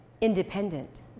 independent